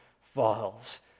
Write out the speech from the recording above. falls